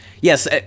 yes